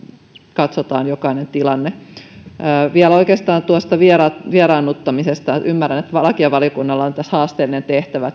katsotaan jokainen tilanne vielä oikeastaan tuosta vieraannuttamisesta ymmärrän että lakivaliokunnalla on tässä haasteellinen tehtävä